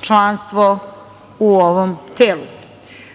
članstvo u ovom